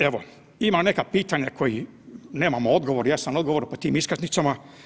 Evo, ima neka pitanja koji nemamo odgovor, ja sam odgovor po tim iskaznicama.